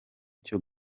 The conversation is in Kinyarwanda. cyo